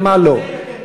ומה לא.